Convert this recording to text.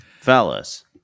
phallus